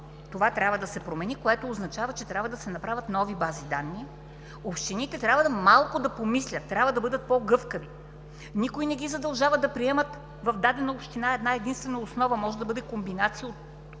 това трябва да се промени, което означава, че трябва да се направят нови бази данни, общините трябва малко да помислят, трябва да бъдат по-гъвкави. Никой не ги задължава да приемат в дадена община една-единствена основа. Може да бъде комбинация от